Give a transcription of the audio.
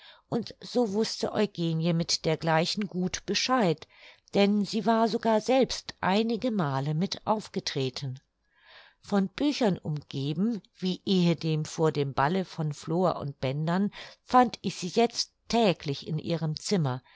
und so wußte eugenie mit dergleichen gut bescheid denn sie war sogar selbst einige male mit aufgetreten von büchern umgeben wie ehedem vor dem balle von flor und bändern fand ich sie jetzt täglich in ihrem zimmer